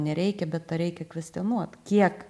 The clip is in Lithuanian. nereikia bet tą reikia kvestionuot kiek